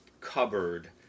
cupboard